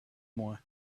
more